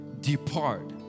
depart